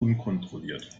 unkontrolliert